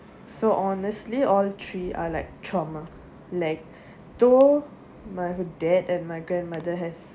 so honestly all three are like trauma like though my dad and my grandmother has